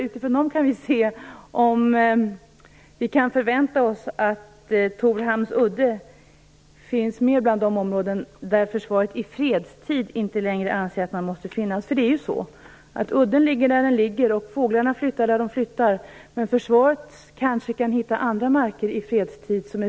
Utifrån svaren kan vi se om vi kan förvänta oss att Torhamns udde finns med bland de områden där Försvaret inte längre anser att man behöver finnas i fredstid.